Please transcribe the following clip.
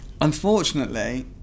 unfortunately